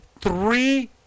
three